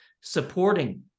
supporting